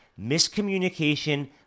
miscommunication